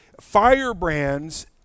firebrands